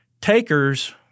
takers